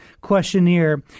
questionnaire